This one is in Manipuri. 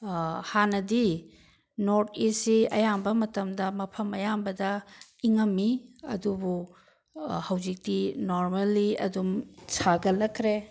ꯍꯥꯟꯅꯗꯤ ꯅꯣꯔꯠ ꯏꯁꯁꯤ ꯑꯌꯥꯝꯕ ꯃꯇꯝꯗ ꯃꯐꯝ ꯑꯌꯥꯝꯕꯗ ꯏꯪꯉꯝꯃꯤ ꯑꯗꯨꯕꯨ ꯍꯧꯖꯤꯛꯇꯤ ꯅꯣꯔꯃꯦꯜꯂꯤ ꯑꯗꯨꯝ ꯁꯥꯒꯠꯂꯛꯈ꯭ꯔꯦ